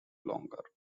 longer